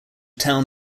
town